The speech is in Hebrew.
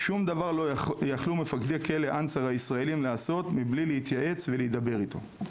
שום דבר לא יכלו מפקדי אנצאר הישראלים לעשות מבלי להתייעץ ולהידבר איתו.